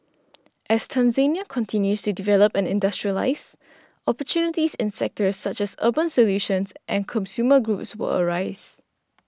as Tanzania continues to develop and industrialise opportunities in sectors such as urban solutions and consumer goods will arise